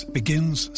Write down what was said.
begins